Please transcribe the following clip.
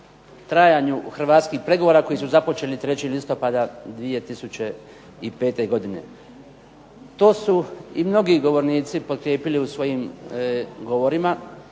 trajanju hrvatskih pregovora koji su započeli 3. listopada 2005. godine. To su i mnogi govornici potkrijepili u svojim govorima